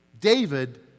David